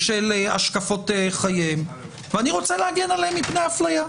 בשל השקפות חייהם ואני רוצה להגן עליהם מפני אפליה.